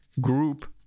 group